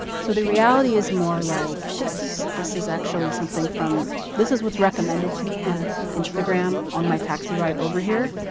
so the reality is more like this. this is actually something from, this is what's recommended to me on instagram on my taxi ride over here.